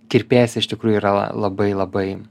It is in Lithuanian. kirpėjas iš tikrųjų yra labai labai